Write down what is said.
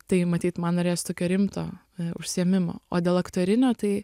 tai matyt man norėjosi tokio rimto užsiėmimo o dėl aktorinio tai